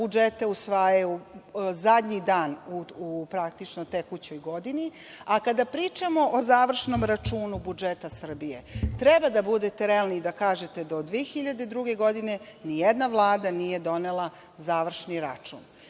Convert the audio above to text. budžete usvajaju zadnji dan, praktično u tekućoj godini. Kada pričamo o završnom računu budžeta Srbije treba da budete realni i da kažete do 2002. godine ni jedna vlada nije donela završni račun.